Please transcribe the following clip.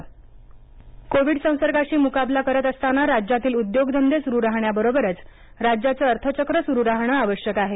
मुख्यमंत्री कोविड संसर्गाशी मुकाबला करीत असताना राज्यातील उद्योगधंदे सुरु राहण्याबरोबरच राज्याचं अर्थचक्र सुरु राहण आवश्यक आहे